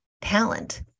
talent